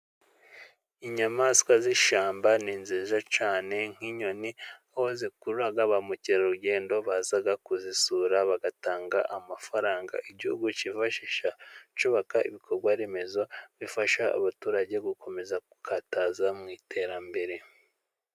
Inyamaswa z'ishyamba ni nziza cyane， nk'inyoni aho zikurura ba mukerarugendo bazaga kuzisura， bagatanga amafaranga igihugu kishi cbaka ibikorwaremezo bifasha abaturage gukomeza gukataza mu iterambere